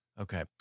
Okay